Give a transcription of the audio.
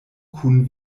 kun